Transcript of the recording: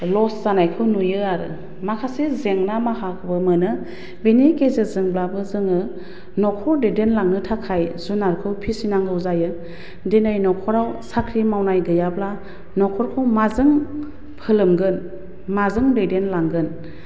लस जानायखौ नुयो आरो माखासे जेंना माहाखौ मोनो बेनि गेजेरजोंब्लाबो जोङो न'खर दैदेनलांनो थाखाय जुनारखौ फिसिनांगौ जायो दिनै न'खराव साख्रि मावनाय गैयाब्ला न'खरखौ माजों फोलोमगोन माजों दैदेनलांगोन